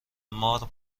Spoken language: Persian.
مار